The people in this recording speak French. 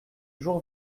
jour